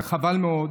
וחבל מאוד.